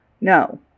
No